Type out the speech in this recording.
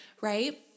right